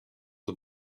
the